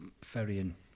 ferrying